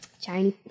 China